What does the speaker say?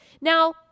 Now